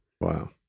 Wow